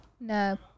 No